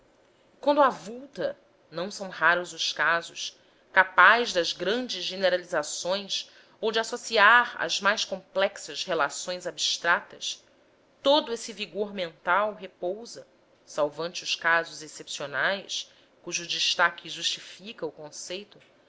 quando avulta não são raros os casos capaz das grandes generalizações ou de associar as mais complexas relações abstratas todo esse vigor mental repousa salvante os